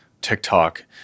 TikTok